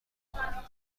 میدهند